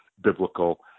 biblical